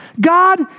God